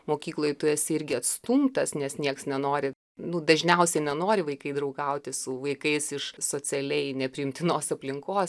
mokykloj tu esi irgi atstumtas nes nieks nenori nu dažniausiai nenori vaikai draugauti su vaikais iš socialiai nepriimtinos aplinkos